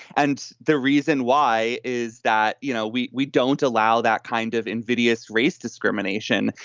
and the reason why is that, you know, we we don't allow that kind of invidious race discrimination.